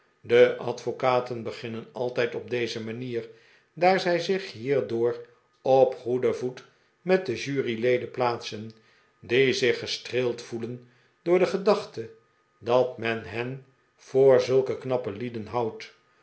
de advocaten beginnen altijd op deze manier daar zij zich hierdoor op goeden voet met de juryleden plaatsen die zich gestreeld voelen door de gedachte dat men hen voor zulke knappe lieden houdt